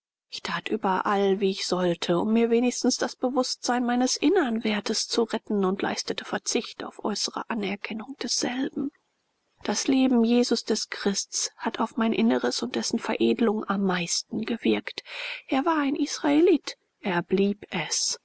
ich tat überall wie ich sollte um mir wenigstens das bewußtsein meines innern wertes zu retten und leistete verzicht auf äußere anerkennung desselben das leben jesus des christs hat auf mein inneres und dessen veredlung am meisten gewirkt er war ein israelit er blieb es